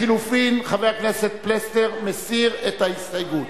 לחלופין, חבר הכנסת פלסנר מסיר את ההסתייגות.